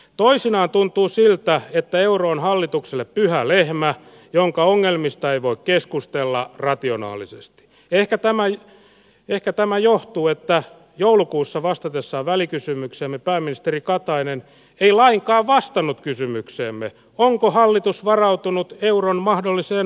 toisinaan tuntuu siltä että euron hallitukselle pyhä lehmä jonka unelmista ei voi keskustella rationaalisesti ehkä tämä oli ehkä tämä johtuu että joulukuussa vasta tässä välikysymyksen pääministeri katainen ei lainkaan vastannut kysymyksemme onko hallitus varautunut euron mahdolliseen